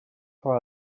for